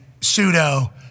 pseudo